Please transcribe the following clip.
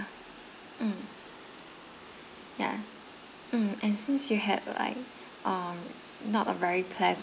um yeah um and since you had like um not a very pleasant